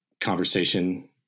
conversation